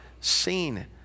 seen